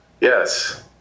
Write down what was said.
Yes